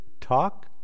talk